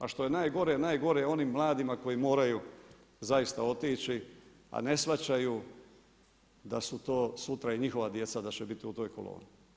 A što je najgore, najgore je onim mladima koji moraju zaista otići, a ne shvaćaju da su to, sutra i njihova djeca da će biti u toj koloni.